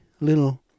little